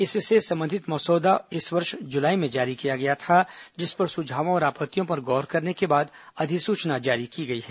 इससे संबंधित मसौदा इस वर्ष जुलाई में जारी किया गया था जिस पर सुझावों और आपतियों पर गौर करने के बाद अधिसूचना जारी की गई है